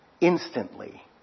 Instantly